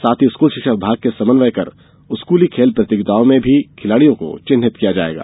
साथ ही स्कूल शिक्षा विभाग से समन्वय कर स्कूली खेल प्रतियोगिताओं में भी खिलाड़ियों को चिन्हित किया जायेगा